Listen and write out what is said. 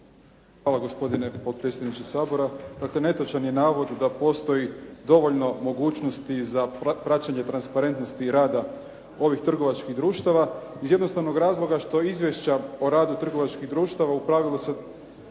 Hvala gospodine potpredsjedniče Sabora. Dakle, netočan je navod da postoji dovoljno mogućnosti za praćenje transparentnosti rada ovih trgovačkih društava iz jednostavnog razloga što izvješća o radu trgovačkih društava u pravilu se